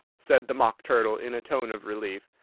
said the mock turtle in a tone of relief.